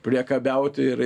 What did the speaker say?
priekabiauti ir